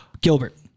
Gilbert